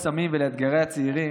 סמים ואתגרי הצעירים,